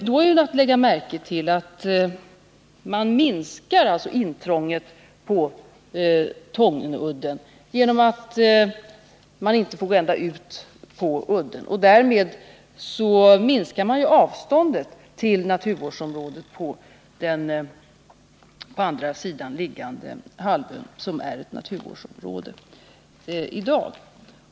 Det är att lägga märke till att man minskar intrånget på Tångenhalvön genom att man inte får gå ända ut på udden. Därmed minskar man avståndet till naturvårdsområdet på den på andra sidan liggande halvön, som är ett naturvårdsområde i dag.